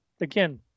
again